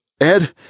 Ed